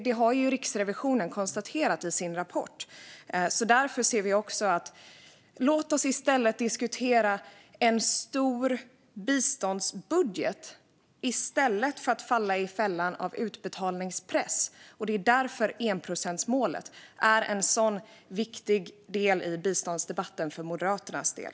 Det har Riksrevisionen konstaterat i sin rapport. Låt oss diskutera en stor biståndsbudget i stället för att falla i fällan av utbetalningspress! Det är därför enprocentsmålet är en sådan viktig del i biståndsdebatten för Moderaternas del.